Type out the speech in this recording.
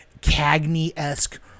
Cagney-esque